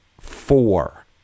four